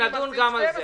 תדון גם על זה.